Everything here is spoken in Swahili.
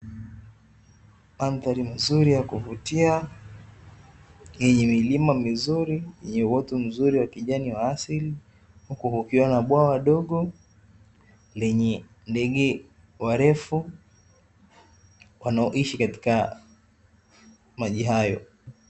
Mandhari nzuri ya kuvutia yenye milima mizuri yenye uoto mzuri wa kijani wa asili, huku kukiwa na bwawa dogo lenye ndege warefu wanaoishi katika maji hayo.